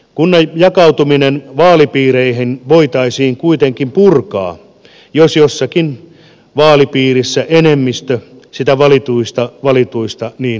kunnan jakautuminen vaalipiireihin voitaisiin kuitenkin purkaa jos kussakin vaalipiirissä enemmistö siitä valituista valtuutetuista niin tahtoisi